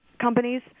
companies